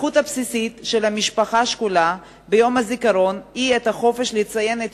הזכות הבסיסית של המשפחה השכולה ביום הזיכרון היא החופש לציין את